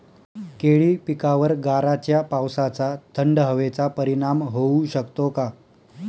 केळी पिकावर गाराच्या पावसाचा, थंड हवेचा परिणाम होऊ शकतो का?